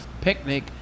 picnic